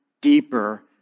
deeper